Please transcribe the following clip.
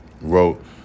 wrote